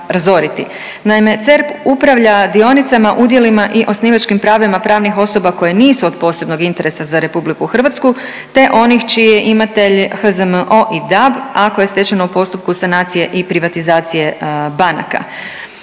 Naime, CERP upravlja dionicama, udjelima i osnivačkim pravima pravnih osoba koje nisu od posebnog interesa za RH te onih čiji je imatelj HZMO i DAB ako je stečeno u postupku sanacije i privatizacije banaka.